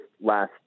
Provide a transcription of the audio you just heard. last